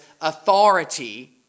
authority